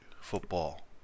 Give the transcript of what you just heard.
football